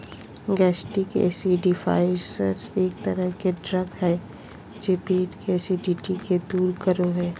gastric acidifiers एक तरह के ड्रग हय जे पेट के एसिडिटी के दूर करो हय